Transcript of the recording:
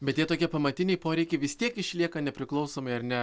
bet tie tokie pamatiniai poreikiai tiek išlieka priklausomai ar ne